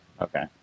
Okay